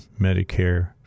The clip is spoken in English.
Medicare